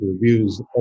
reviews